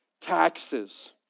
Taxes